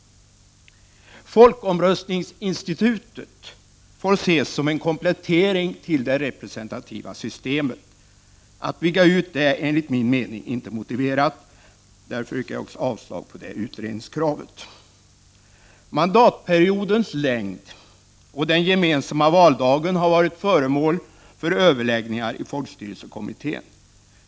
Folkomröstningsinstitutet får ses som en komplettering till det representativa systemet. Att bygga ut det är enligt min mening inte motiverat. Därför yrkar jag också avslag på det utredningskravet. Mandatperiodens längd och den gemensamma valdagen har varit föremål för överläggningar i folkstyrelsekommittén.